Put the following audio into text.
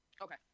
Okay